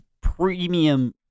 Premium